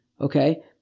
Okay